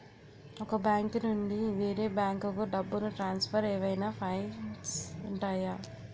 ఒక బ్యాంకు నుండి వేరే బ్యాంకుకు డబ్బును ట్రాన్సఫర్ ఏవైనా ఫైన్స్ ఉంటాయా?